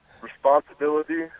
responsibility